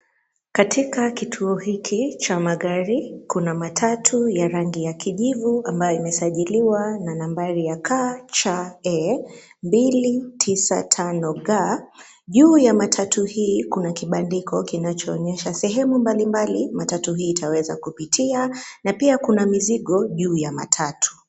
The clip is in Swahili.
Katika kituo hiki cha magari kuna matatu ya rangi ya kijivu ambayo imesajiliwa na nambari ya KCE, 295G , juu ya matatu hii kuna kibandiko kinachoonyesha sehemu mbali mbali matatu hii itaweza kupitia, na pia kuna mizigo juu ya matatu.